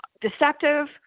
deceptive